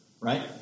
right